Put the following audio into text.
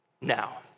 now